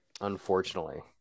Unfortunately